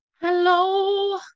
Hello